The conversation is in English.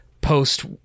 post